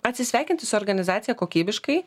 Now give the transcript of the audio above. atsisveikinti su organizacija kokybiškai